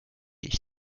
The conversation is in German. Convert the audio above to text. ich